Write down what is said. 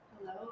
Hello